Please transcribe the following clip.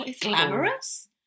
Glamorous